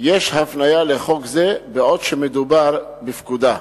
יש הפניה ל"חוק זה", אולם מדובר בפקודה.